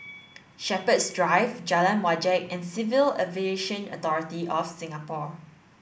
Shepherds Drive Jalan Wajek and Civil Aviation Authority of Singapore